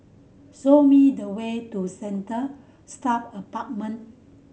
show me the way to Centre Staff Apartment